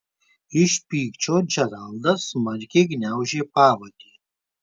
iš pykčio džeraldas smarkiai gniaužė pavadį